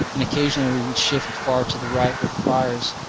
and occasionally we would shift far to the right with fires,